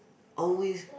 always